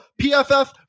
PFF